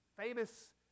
famous